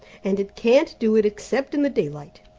and it can't do it except in the daylight.